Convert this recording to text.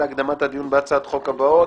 לזכויות הילד להקדמת הדיון בהצעת חוק התקנת